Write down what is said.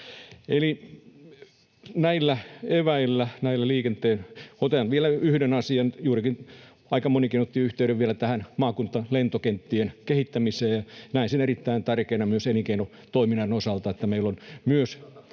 Eli näillä eväillä. Otan vielä yhden asian. Juuri aika monikin otti yhteyden vielä maakuntalentokenttien kehittämiseen. Näen sen erittäin tärkeänä myös elinkeinotoiminnan osalta, [Petri Huru: Myös